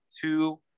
two